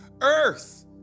Earth